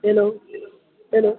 hello hello